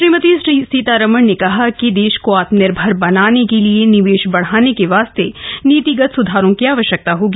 श्रीमती सीतारामन ने कहा कि देश को आत्मनिर्भर बनाने के लिए निवेश बढ़ाने के वास्ते नीतिगत सुधारों की आवश्यकता होगी